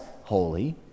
holy